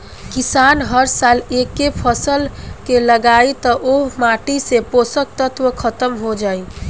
किसान हर साल एके फसल के लगायी त ओह माटी से पोषक तत्व ख़तम हो जाई